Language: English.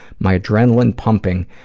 my adrenaline pumping,